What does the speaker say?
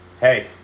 hey